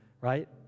Right